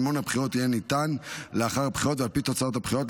מימון הבחירות יינתן לאחר הבחירות ועל פי תוצאות הבחירות.